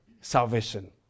salvation